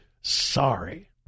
sorry